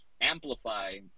amplify